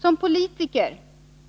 Som politiker